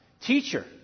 Teacher